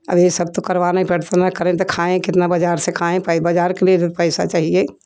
अब यह सब तो करवाना पड़ता ना करे तो खाए केतना बाज़ार से खाई पैब बजार के लिए तो पैसा चाहिए